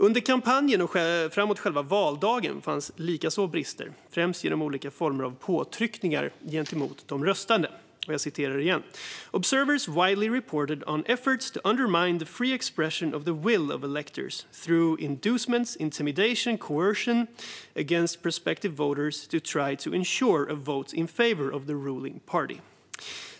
Under kampanjen och framåt själva valdagen fanns likaså brister, främst genom olika former av påtryckningar gentemot de röstande: "Observers widely reported on efforts to undermine the free expression of the will of electors, through inducements, intimidation and coercion against prospective voters to try to ensure a vote in favour of the ruling party."